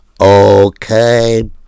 okay